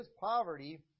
poverty